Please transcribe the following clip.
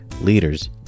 leaders